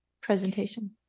presentation